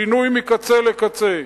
שינוי מקצה לקצה.